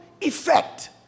effect